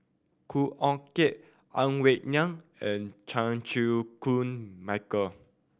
Khoo Oon Teik Ang Wei Neng and Chan Chew Koon Michael